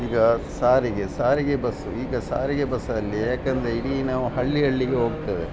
ಈಗ ಸಾರಿಗೆ ಸಾರಿಗೆ ಬಸ್ಸು ಈಗ ಸಾರಿಗೆ ಬಸ್ಸಲ್ಲಿ ಏಕೆಂದ್ರೆ ಇಡೀ ನಾವು ಹಳ್ಳಿ ಹಳ್ಳಿಗೆ ಹೋಗ್ತೇವೆ